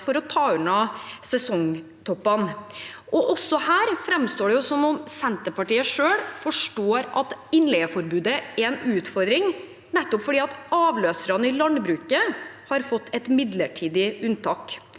for å ta unna sesongtoppene. Også her framstår det som om Senterpartiet selv forstår at innleieforbudet er en utfordring, for avløserne i landbruket har fått et midlertidig unntak.